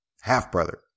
half-brother